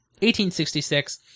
1866